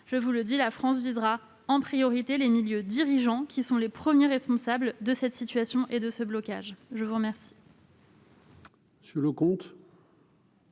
je vous le dis : la France visera en priorité les milieux dirigeants, qui sont les premiers responsables de cette situation de blocage. La parole